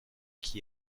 qui